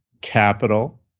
capital